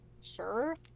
sure